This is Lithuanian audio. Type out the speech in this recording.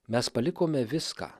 mes palikome viską